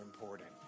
important